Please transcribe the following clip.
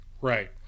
Right